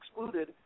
excluded